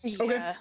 Okay